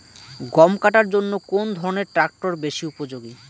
গম কাটার জন্য কোন ধরণের ট্রাক্টর বেশি উপযোগী?